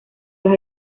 los